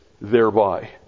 thereby